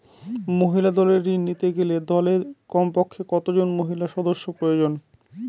মহিলা দলের ঋণ নিতে গেলে দলে কমপক্ষে কত জন মহিলা সদস্য প্রয়োজন?